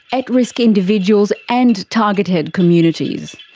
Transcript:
at-risk individuals and targeted communities.